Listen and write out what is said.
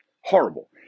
Horrible